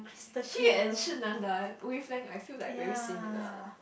she and Shi-nan the wavelength I feel like very similar lah